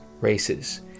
races